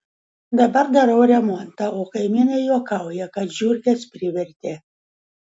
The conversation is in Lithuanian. dabar darau remontą o kaimynai juokauja kad žiurkės privertė